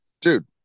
dude